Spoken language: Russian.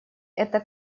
это